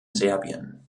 serbien